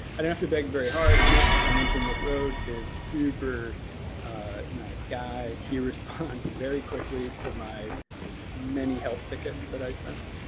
i didn't have to beg very hard. nick, i mentioned nick road, is a super nice guy. he responds very quickly to my many help tickets that i sent.